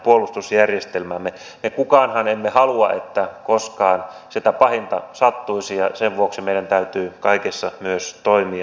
kukaanhan meistä ei halua että koskaan sitä pahinta sattuisi ja sen vuoksi meidän täytyy kaikessa myös toimia niin